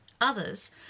Others